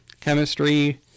chemistry